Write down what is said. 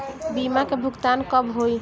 बीमा का भुगतान कब होइ?